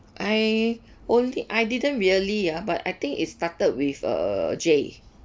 I only I didn't really ah but I think it started with uh J